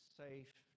safe